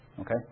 Okay